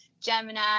Gemini